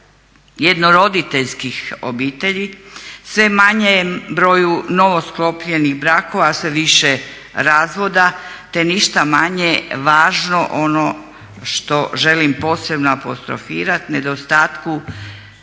jednoroditeljskih obitelji, sve manjem broju novo sklopljenih brakova a sve više razvoda, te ništa manje važno ono što želim posebno apostrofirati nedostatku